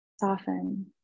soften